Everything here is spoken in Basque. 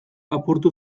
apurtu